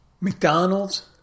McDonald's